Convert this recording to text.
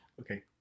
Okay